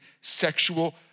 sexual